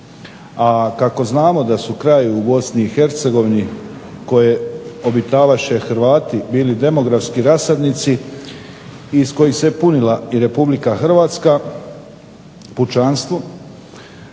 A kako znamo da su krajevi u Bosni koje obitavaše Hrvati bili demografski rasadnici i iz kojih se punila i Republika Hrvatska pučanstvom